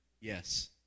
Yes